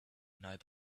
night